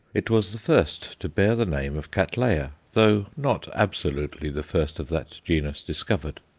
it was the first to bear the name of cattleya, though not absolutely the first of that genus discovered.